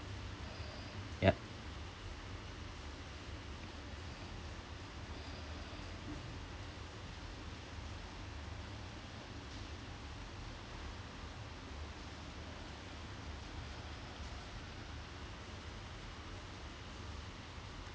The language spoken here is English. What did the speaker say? ya